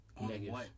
Negative